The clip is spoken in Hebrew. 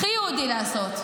הכי יהודי לעשות.